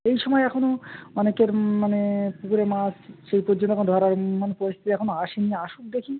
এই সময়ে এখনো অনেকের মানে পুকুরের মাছ সেই পয্যন্ত এখনো ধরা হয় নি মানে পরিস্থিতি এখনোও আসে নি আসুক দেখি